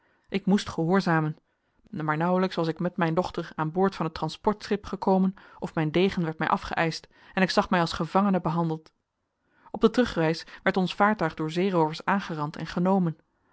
ik moest gehoorzamen maar nauwelijks was ik met mijn dochter aan boord van het transportschip gekomen of mijn degen werd mij afgeëischt en ik zag mij als gevangene behandeld op de terugreis werd ons vaartuig door zeeroovers aangerand en genomen